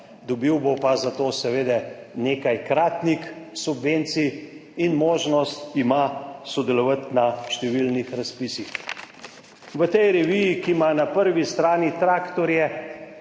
Dobil bo pa za to seveda nekajkratnik subvencij in možnost ima sodelovati na številnih razpisih. V tej reviji, ki ima na prvi strani traktorje,